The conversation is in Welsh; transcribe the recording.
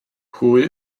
pwy